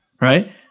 Right